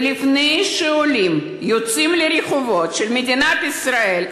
ולפני שהעולים יוצאים לרחובות של מדינת ישראל,